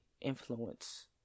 influence